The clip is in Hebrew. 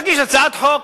אני מגיש הצעת חוק.